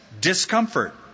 discomfort